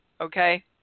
Okay